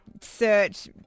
search